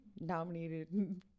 nominated